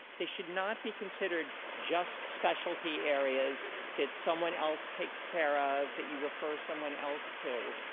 they should not be considered just specialty areas that someone else takes care of, that you refer someone else to.